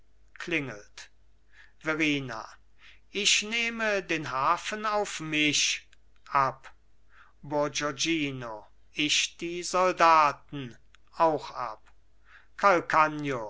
klingelt verrina ich nehme den hafen auf mich ab bourgognino ich die soldaten auch ab